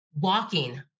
walking